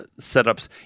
setups